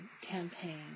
campaign